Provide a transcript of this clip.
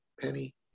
Penny